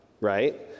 right